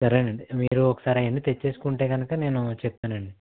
సరేనండి మీరు ఒకసారి అయన్నీ తెచ్చేసుకుంటే గనుక నేను చెప్తానండి